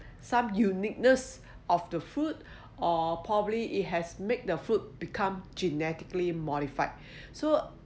some uniqueness of the food or probably it has made the fruit become genetically modified so